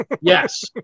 Yes